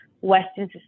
Western